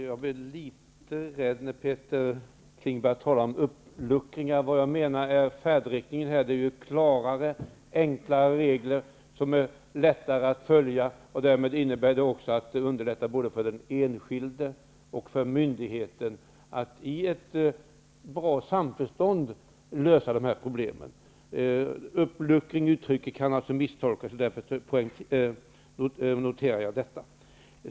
Herr talman! Jag blev litet rädd när Peter Kling började tala om uppluckring. Vad jag menar när det gäller färdriktningen är att det är klarare, enklare regler, som är lättare att följa. Därmed underlättar det både för den enskilde och för myndigheten att i gott samförstånd lösa dessa problem. Uttrycket ''uppluckring'' kan alltså missförstås, och därför noterar jag detta.